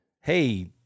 hey